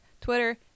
Twitter